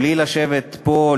בלי לשבת פה,